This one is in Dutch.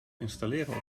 installeren